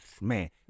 man